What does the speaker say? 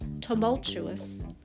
tumultuous